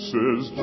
Says